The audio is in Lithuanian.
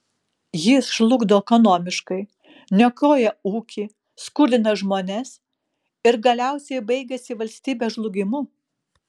jis žlugdo ekonomiškai niokoja ūkį skurdina žmones ir galiausiai baigiasi valstybės žlugimu